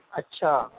اچھا